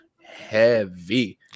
heavy